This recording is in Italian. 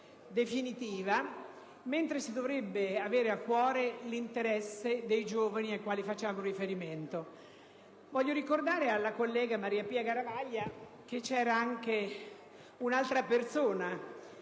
definitiva, mentre si dovrebbe avere a cuore l'interesse dei giovani ai quali facciamo riferimento. Vorrei ricordare alla collega Mariapia Garavaglia che c'era anche un'altra persona